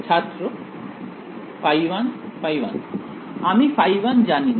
ছাত্র ϕ1 ϕ1 আমি ϕ1 জানি না